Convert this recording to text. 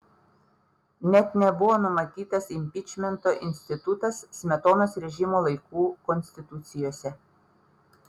net nebuvo numatytas impičmento institutas smetonos režimo laikų konstitucijose